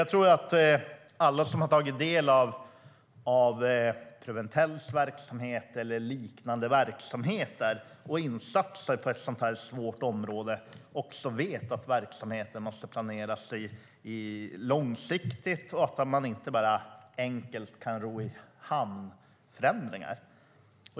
Jag tror att alla som har tagit del av Preventells verksamhet eller liknande verksamheter och insatser på ett så svårt område också vet att verksamheten måste planeras långsiktigt och att man inte bara enkelt kan ro i hamn förändringar.